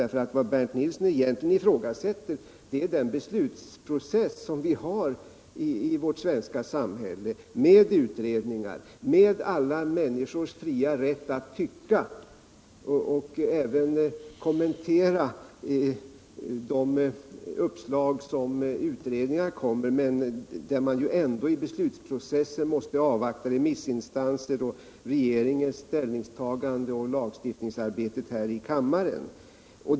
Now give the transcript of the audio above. Vad Bernt Nilsson egentligen ifrågasätter är ju den beslutsprocess som vi har i vårt svenska samhälle med utredningar, med alla människors fria rätt att tycka och även kommentera de uppslag som utredningarna för fram, men där man ändå i beslutsprocessen måste avvakta remissinstansernas uppfattningar, regeringens ställningstagande och lagstiftningsarbetet här i kammaren.